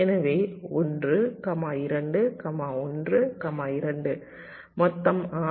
எனவே 1 2 1 2 மொத்தம் 6